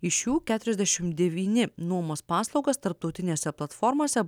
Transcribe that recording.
iš šių keturiasdešimt devyni nuomos paslaugas tarptautinėse platformose